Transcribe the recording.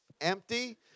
empty